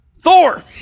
Thor